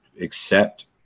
accept